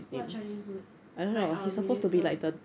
what chinese dude like our minister